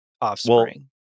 offspring